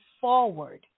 forward